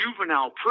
juvenile